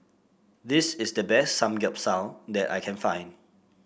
this is the best Samgeyopsal that I can find